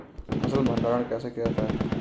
फ़सल भंडारण कैसे किया जाता है?